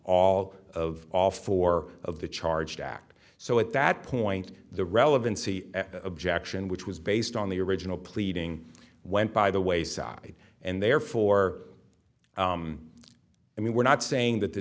all of all four of the charged act so at that point the relevancy objection which was based on the original pleading went by the wayside and therefore i mean we're not saying that the